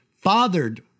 fathered